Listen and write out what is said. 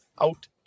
out